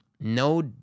no